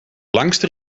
langste